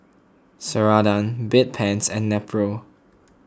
Ceradan Bedpans and Nepro